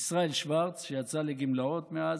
ישראל שוורץ, שיצא לגמלאות מאז,